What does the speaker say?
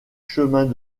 chemins